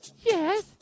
Yes